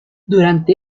durante